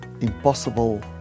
impossible